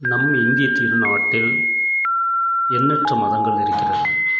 நம் இந்திய திருநாட்டில் எண்ணற்ற மதங்கள் இருக்கிறது